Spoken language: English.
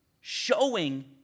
showing